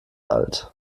alt